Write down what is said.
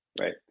right